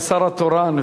כי אתה השר התורן,